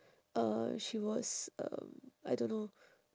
uh she was um I don't know